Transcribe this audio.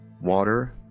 water